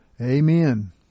Amen